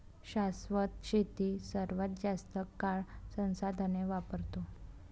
शाश्वत शेती सर्वात जास्त काळ संसाधने वापरते